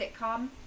sitcom